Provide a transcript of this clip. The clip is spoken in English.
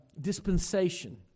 dispensation